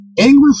English